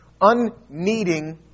unneeding